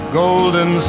golden